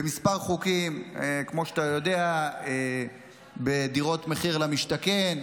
בכמה חוקים, כמו שאתה יודע, בדירות מחיר למשתכן,